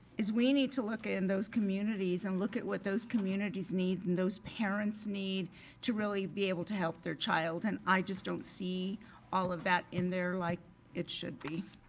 is we need to look in those communities and look at what those communities need and those parents need to really be able to help their child and i just don't see all of that in there like it should be.